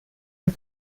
den